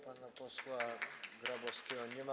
Pana posła Grabowskiego nie ma.